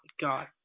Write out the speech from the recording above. God